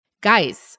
guys